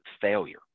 failure